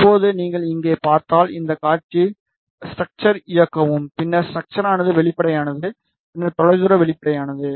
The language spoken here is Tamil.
இப்போது நீங்கள் இங்கே பார்த்தால் இந்த காட்சி ஸ்ட்ரக்ச்சர் இயக்கவும் பின்னர் ஸ்ட்ரக்ச்சரானது வெளிப்படையானது பின்னர் தொலைதூர வெளிப்படையானது